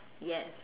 yes